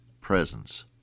presence